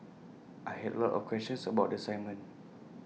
I had A lot of questions about the assignment